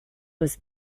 was